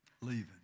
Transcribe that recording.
leaving